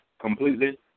completely